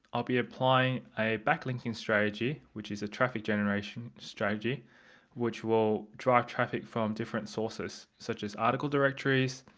i'll be applying a backlinking strategy which is a traffic generation strategy which will drive traffic from different sources such as article directories,